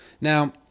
Now